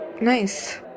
Nice